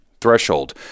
threshold